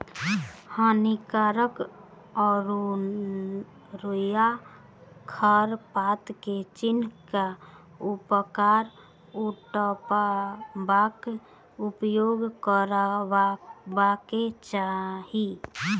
हानिकारक अनेरुआ खर पात के चीन्ह क ओकरा उपटयबाक उपाय करबाक चाही